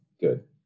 good